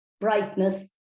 brightness